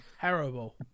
terrible